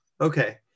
Okay